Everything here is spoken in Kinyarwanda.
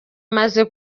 imaze